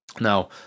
now